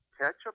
Ketchup